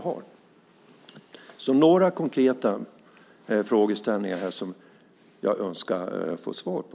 Det är några konkreta frågor som jag önskar få svar på.